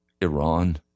Iran